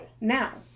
Now